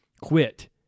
Quit